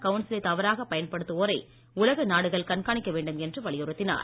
கவுன்சிலை தவறாக பயன்படுத்துவோரை உலக நாடுகள் கண்காணிக்க வேண்டும் என்று வலியுறுத்தினார்